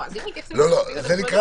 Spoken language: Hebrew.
אשמח